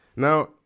Now